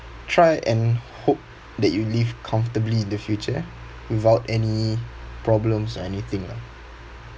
try and hope that you live comfortably in the future without any problems or anything lah